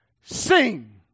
Sing